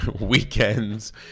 weekends